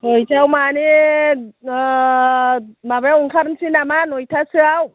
खयथायाव माने माबायाव ओंखारनोसै नामा नयथासोआव